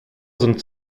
sind